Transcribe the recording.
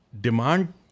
Demand